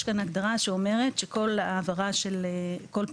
יש כאן הגדרה שאומרת שכל העברה --- כן,